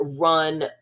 run